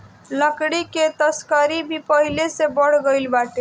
लकड़ी के तस्करी भी पहिले से बढ़ गइल बाटे